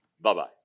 Bye-bye